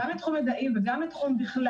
גם בתחום מדעים וגם בכלל.